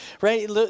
right